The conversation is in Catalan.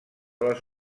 les